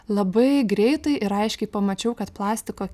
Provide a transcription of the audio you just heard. labai greitai ir aiškiai pamačiau kad plastiko